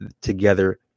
together